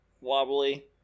wobbly